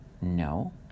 No